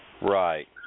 Right